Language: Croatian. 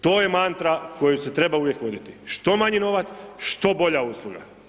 To je mantra koju se treba uvijek voditi, što manji novac, što bolja usluga.